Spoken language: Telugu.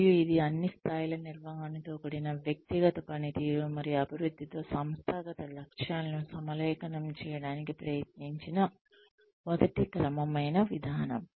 మరియు ఇది అన్ని స్థాయిల నిర్వహణతో కూడిన వ్యక్తిగత పనితీరు మరియు అభివృద్ధితో సంస్థాగత లక్ష్యాలను సమలేఖనం చేయడానికి ప్రయత్నించిన మొదటి క్రమమైన విధానం